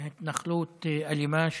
התנחלות אלימה,